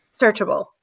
searchable